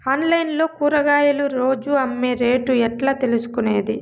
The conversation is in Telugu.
ఆన్లైన్ లో కూరగాయలు రోజు అమ్మే రేటు ఎట్లా తెలుసుకొనేది?